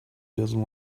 doesn’t